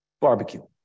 Barbecue